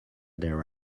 there